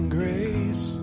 grace